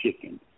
chicken